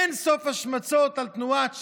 אין-סוף השמצות של תנועת ש"ס,